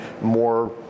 more